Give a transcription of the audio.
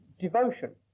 devotion